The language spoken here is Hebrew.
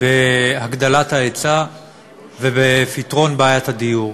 בהגדלת ההיצע ובפתרון בעיית הדיור.